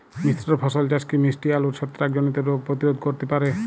মিশ্র ফসল চাষ কি মিষ্টি আলুর ছত্রাকজনিত রোগ প্রতিরোধ করতে পারে?